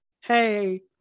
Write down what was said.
hey